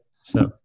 So-